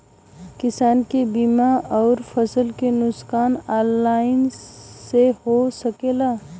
किसान के बीमा अउर फसल के नुकसान ऑनलाइन से हो सकेला?